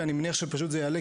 ואני מניח שזה יעלה,